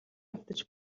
унтаж